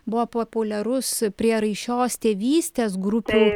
buvo populiarus prieraišios tėvystės grupių